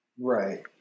Right